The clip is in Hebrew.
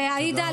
אז עאידה,